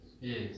Yes